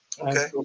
Okay